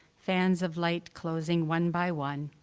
fans of light closing one by one,